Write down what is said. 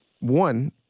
One